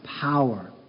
power